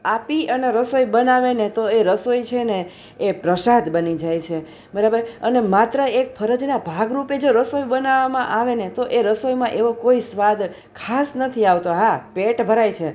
આપી અને રસોઈ બનાવે ને તો એ રસોઈ છે ને એ પ્રસાદ બની જાય છે બરાબર અને માત્ર એક ફરજના ભાગરૂપે જો રસોઈ બનાવામાં આવે ને તો એ રસોઈમાં એવો કોઈ સ્વાદ ખાસ નથી આવતો હા પેટ ભરાય છે